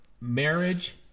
marriage